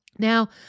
Now